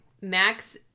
Max